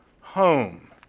home